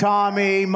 Tommy